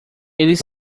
eles